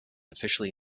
officially